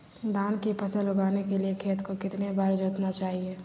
धान की फसल उगाने के लिए खेत को कितने बार जोतना चाइए?